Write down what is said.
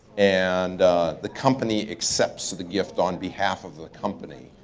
and the company accepts the gift on behalf of the company.